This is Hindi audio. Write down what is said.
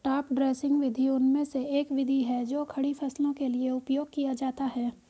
टॉप ड्रेसिंग विधि उनमें से एक विधि है जो खड़ी फसलों के लिए उपयोग किया जाता है